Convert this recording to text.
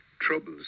Troubles